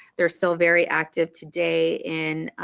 they're still very active today in